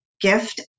gift